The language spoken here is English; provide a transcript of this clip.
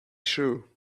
shoe